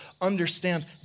understand